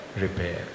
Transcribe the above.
repair